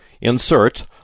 Insert